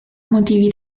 motivi